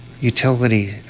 utility